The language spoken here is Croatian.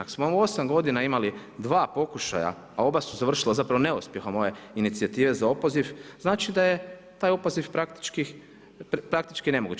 Ako smo u osam godina imali dva pokušaja a oba su završila zapravo neuspjehom ove inicijative za opoziv, znači da je taj opoziv praktički nemoguć.